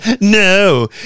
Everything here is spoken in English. No